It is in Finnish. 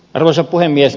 arvoisa puhemies